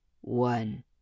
One